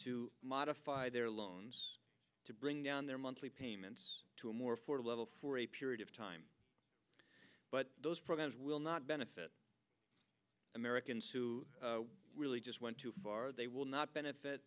to modify their loans to bring down their monthly payments to a more affordable for a period of time but those programs will not benefit americans who really just went too far they will not benefit